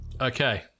Okay